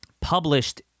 published